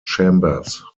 chambers